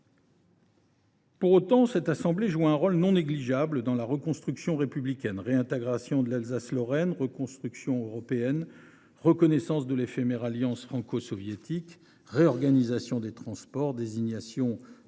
Pour autant, cette assemblée joua un rôle non négligeable dans la reconstruction républicaine : réintégration de l’Alsace Lorraine, construction européenne, reconnaissance de l’éphémère alliance franco soviétique, réorganisation des transports, désignation des